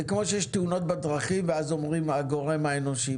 זה כמו שיש תאונות בדרכים ואז אומרים הגורם האנושי.